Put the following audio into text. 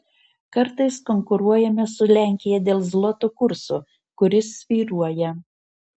kartais konkuruojame su lenkija dėl zloto kurso kuris svyruoja